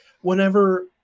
whenever